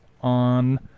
on